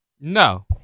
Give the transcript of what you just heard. No